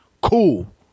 cool